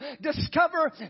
discover